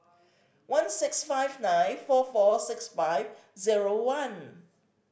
one six five nine four four six five zero one